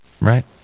right